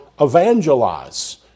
evangelize